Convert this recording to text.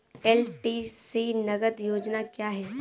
LTC नगद योजना क्या है?